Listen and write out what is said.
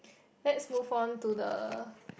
let's move on to the